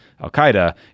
al-Qaeda